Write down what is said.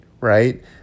right